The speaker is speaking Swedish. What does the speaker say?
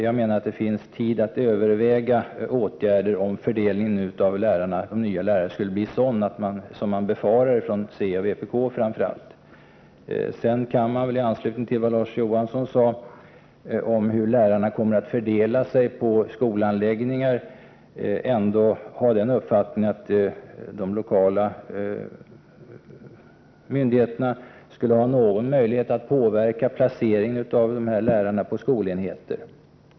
Jag menar att det finns tid att överväga åtgärder om fördelningen av nya lärare skulle bli sådan som verken och vpk befarar. I anslutning till vad Larz Johansson sade om hur lärarna kommer att fördela sig på skolanläggningar kan man ändå ha den uppfattningen att de lokala myndigheterna borde ha någon möjlighet att påverka placeringen av lärarna på skolenheter.